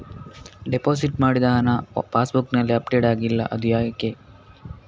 Deposit ಮಾಡಿದ ಹಣ ಪಾಸ್ ಬುಕ್ನಲ್ಲಿ ಅಪ್ಡೇಟ್ ಆಗಿಲ್ಲ ಅದು ಯಾಕೆ?